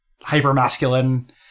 hyper-masculine